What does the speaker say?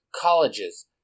colleges